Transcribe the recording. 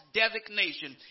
designation